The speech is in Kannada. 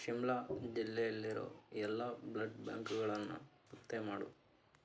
ಶಿಮ್ಲಾ ಜಿಲ್ಲೆಯಲ್ಲಿರೋ ಎಲ್ಲ ಬ್ಲಡ್ ಬ್ಯಾಂಕ್ಗಳನ್ನು ಪತ್ತೆ ಮಾಡು